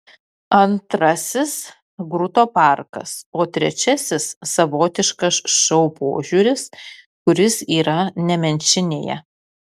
antrasis grūto parkas o trečiasis savotiškas šou požiūris kuris yra nemenčinėje